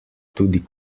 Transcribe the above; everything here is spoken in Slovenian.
tudi